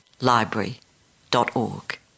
library.org